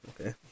okay